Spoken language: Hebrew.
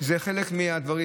זה חלק מהדברים.